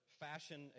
fashion